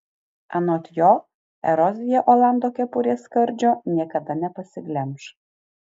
anot jo erozija olando kepurės skardžio niekada nepasiglemš